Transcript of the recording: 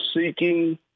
seeking